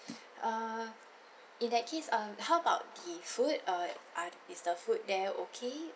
err in that case um how about the food uh are is the food there okay